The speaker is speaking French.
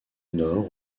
nord